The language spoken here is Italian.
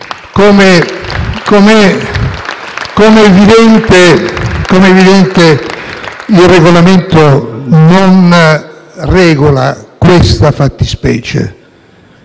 Com'è evidente, il Regolamento non regola questa fattispecie: